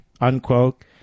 unquote